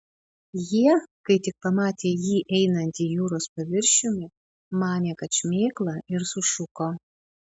jie kai tik pamatė jį einantį jūros paviršiumi manė kad šmėkla ir sušuko